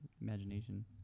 imagination